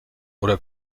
oder